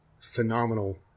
phenomenal